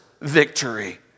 victory